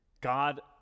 God